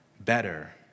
Better